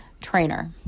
trainer